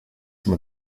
some